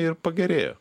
ir pagerėjo